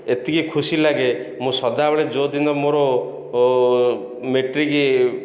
ଏତିକି ଖୁସି ଲାଗେ ମୁଁ ସଦାବେଳେ ଯେଉଁଦିନ ମୋର ମେଟ୍ରିକ୍